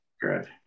Good